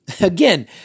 again